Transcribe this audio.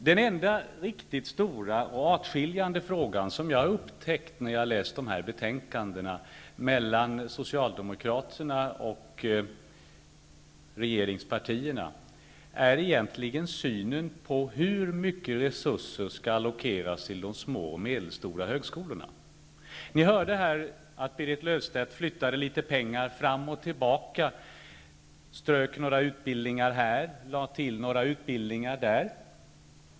Den enda riktigt stora och åtskiljande fråga mellan Socialdemokraterna och regeringspartierna som jag har kunnat upptäcka när jag läst betänkandet är egentligen synen på hur mycket resurser som skall allokeras till de små och medelstora högskolorna. Alla hörde här hur Berit Löfstedt flyttade pengar fram och tillbaka, strök några utbildningar här och lade till några utbildningar där.